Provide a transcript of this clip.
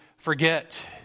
Forget